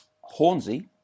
Hornsey